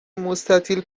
مستطیل